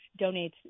donates